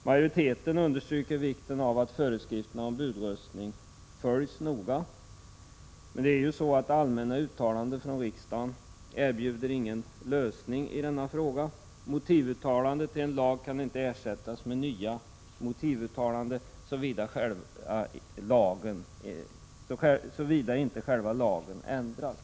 Majoriteten understryker vikten av att föreskrifterna om budröstning följs noga. Men allmänna uttalanden från riksdagen erbjuder ingen lösning. Motivuttalanden i anslutning till en lag kan inte ersättas med nya motivuttalanden, såvida inte själva lagen ändras.